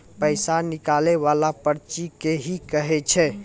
पैसा निकाले वाला पर्ची के की कहै छै?